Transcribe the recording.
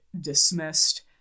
dismissed